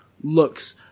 looks